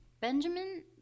Benjamin